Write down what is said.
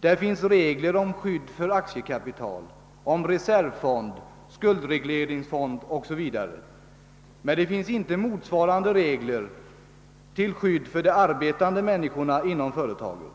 Där finns regler om skydd för aktiekapital, om reservfond, skuldregleringsfond 0. s. v., men det finns inte motsvarande regler till skydd för de arbetande människorna inom företaget,